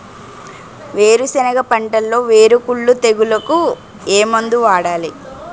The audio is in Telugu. వేరుసెనగ పంటలో వేరుకుళ్ళు తెగులుకు ఏ మందు వాడాలి?